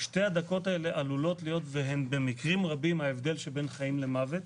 שתי הדקות האלה עלולות להיות והן במקרים רבים ההבדל שבין חיים למוות,